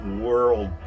world